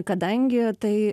kadangi tai